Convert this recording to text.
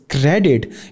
credit